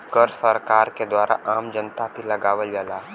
कर सरकार के द्वारा आम जनता पे लगावल जाला